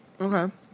Okay